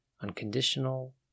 unconditional